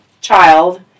child